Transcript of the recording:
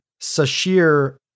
Sashir